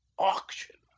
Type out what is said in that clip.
auction!